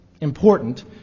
important